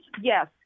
Yes